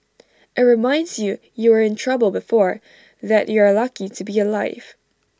IT reminds you you were in trouble before that you're lucky to be alive